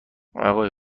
اقای